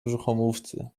brzuchomówcy